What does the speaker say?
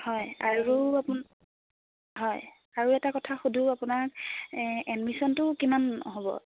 হয় আৰু আপো হয় আৰু এটা কথা সুধোঁ আপোনাক এডমিশ্যনটো কিমান হ'ব